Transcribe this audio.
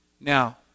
Now